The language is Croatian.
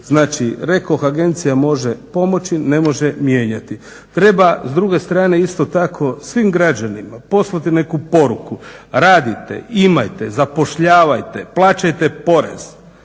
Znači rekoh agencija može pomoći, ne može mijenjati. Treba s druge strane isto tako svim građanima poslati neku poruku radite, imajte, zapošljavajte, plaćajte porez,